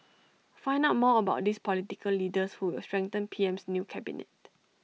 find out more about these political leaders who will strengthen PM's new cabinet